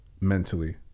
mentally